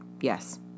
Yes